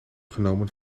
genomen